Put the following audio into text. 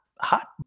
hot